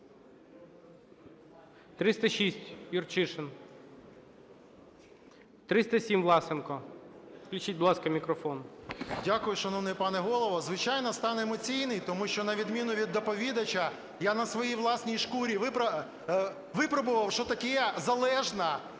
306, Юрчишин. 307, Власенко. Включіть, будь ласка, мікрофон. 12:51:28 ВЛАСЕНКО С.В. Дякую, шановний пане Голово! Звичайно, стан емоційний. Тому що, на відміну від доповідача, я на своїй власній шкурі випробував, що таке залежна,